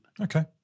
Okay